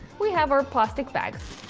we have our plastic bags.